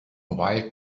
while